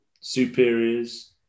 superiors